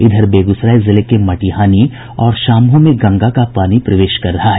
इधर बेगूसराय जिले के मटिहानी और शाम्हो में गंगा का पानी प्रवेश कर रहा है